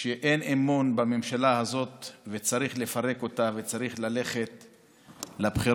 שאין אמון בממשלה הזאת וצריך לפרק אותה וצריך ללכת לבחירות,